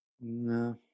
No